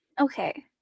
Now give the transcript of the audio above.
Okay